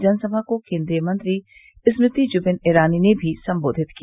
जनसभा को केन्द्रीय मंत्री स्मृति जुबिन ईरानी ने भी सम्बोधित किया